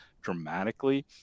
dramatically